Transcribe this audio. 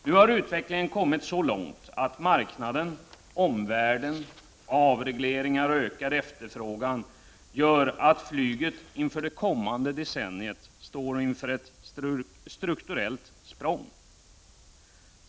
Nu har utvecklingen kommit så långt att marknaden, omvärlden, avregleringar och ökad efterfrågan gör att flyget inför det kommande decenniet står inför ett strukturellt språng.